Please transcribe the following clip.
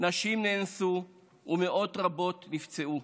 נשים נאנסו, ומאות רבות נפצעו,